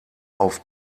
auf